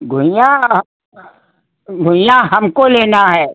घुइयाँ घुइयाँ हमको लेना है